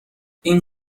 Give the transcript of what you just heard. این